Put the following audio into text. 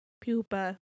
Pupa